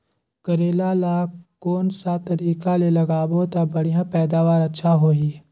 करेला ला कोन सा तरीका ले लगाबो ता बढ़िया पैदावार अच्छा होही?